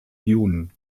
jun